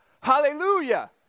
hallelujah